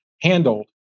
handled